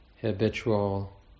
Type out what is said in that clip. habitual